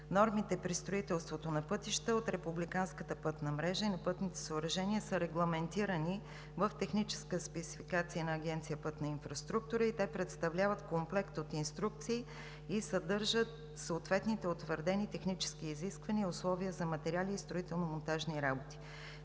Нормите при строителството на пътища от републиканската пътна мрежа и на пътните съоръжения са регламентирани в техническа спецификация на Агенция „Пътна инфраструктура“. Те представляват комплект от инструкции и съдържат съответните утвърдени технически изисквания и условия за материали и строително-монтажни работи.